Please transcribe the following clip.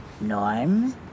Norm